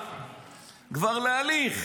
כבר הסכימה להליך.